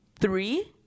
three